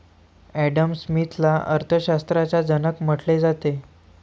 Adam स्मिथला अर्थ शास्त्राचा जनक म्हटले जाते